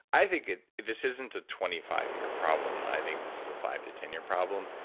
i think this isn't a twenty five year problem. i think this is a five to ten year problem.